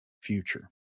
future